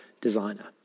designer